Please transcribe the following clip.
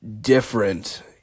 different